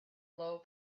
low